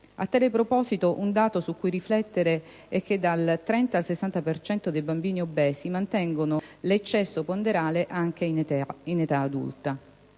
A tale proposito, un dato su cui riflettere è che dal 30 al 60 per cento dei bambini obesi mantengono l'eccesso ponderale in età adulta.